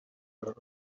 were